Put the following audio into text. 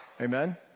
Amen